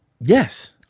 Yes